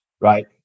right